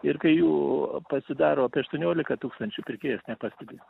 ir kai jų pasidaro apie aštuoniolika tūkstančių pirkėjas nepastebi